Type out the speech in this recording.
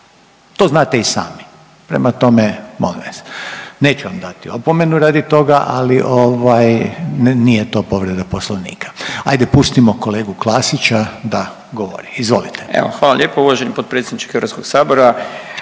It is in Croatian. to znate i sami, prema tome molim vas. Neću vam dati opomenu radi toga, ali ovaj nije to povreda poslovnika. Ajde pustimo kolegu Klasića da govori, izvolite. **Klasić, Darko (HSLS)** Evo hvala